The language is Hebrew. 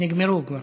נגמרו כבר.